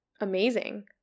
Amazing